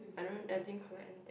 I don't I didn't collect anything